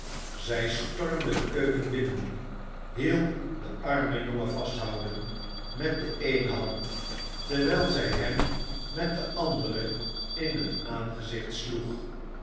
zij stormde de keuken binnen hielp den armen jongen vasthouden met de eene hand terwijl zij hem met de andere in het aangezicht sloeg